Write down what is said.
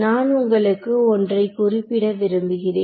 நான் உங்களுக்கு ஒன்றை குறிப்பிட விரும்புகிறேன்